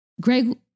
Greg